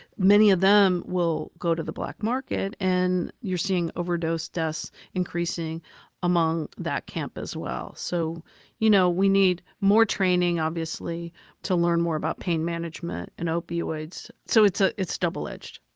many of them will go to the black market and you're seeing overdose deaths increasing among that camp as well. so you know we need more training obviously to learn more about pain management and opioids. so it's ah it's double-edged.